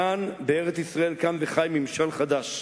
כאן בארץ-ישראל קם וחי ממשל חדש.